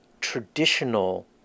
traditional